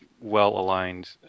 well-aligned